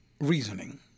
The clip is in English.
reasoning